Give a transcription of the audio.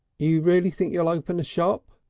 you really think you'll open a shop?